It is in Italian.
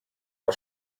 una